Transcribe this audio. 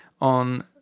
on